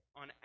on